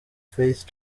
faith